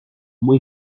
muy